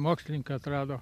mokslininkai atrado